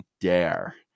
dare